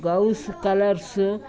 Ghouse colours